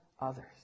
others